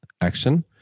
action